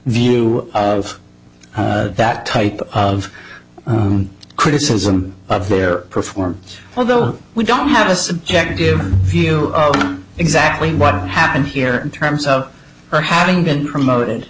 view of that type of criticism of their performance although we don't have a subjective view of exactly what happened here in terms of her having been promoted